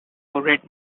read